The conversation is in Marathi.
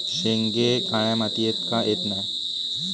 शेंगे काळ्या मातीयेत का येत नाय?